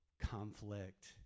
conflict